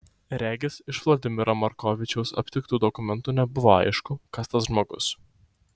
regis iš vladimiro markovičiaus aptiktų dokumentų nebuvo aišku kas tas žmogus